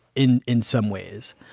in in some ways,